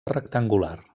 rectangular